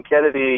Kennedy